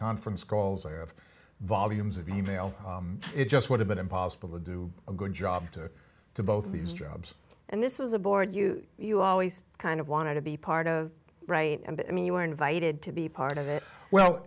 conference calls i have volumes of e mail it just would have been impossible to do a good job to to both of these jobs and this was a board you you always kind of wanted to be part of right and i mean you were invited to be part of it well